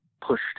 pushed